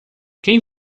quem